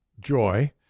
joy